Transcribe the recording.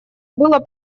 было